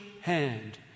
hand